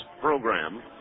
program